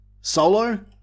Solo